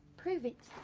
prove it.